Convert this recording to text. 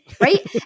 right